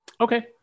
Okay